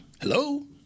Hello